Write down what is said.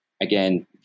again